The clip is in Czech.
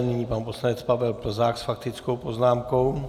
Nyní pan poslanec Pavel Plzák s faktickou poznámkou.